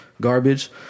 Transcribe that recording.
garbage